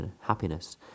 happiness